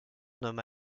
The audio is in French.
nomme